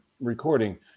recording